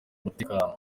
umutekano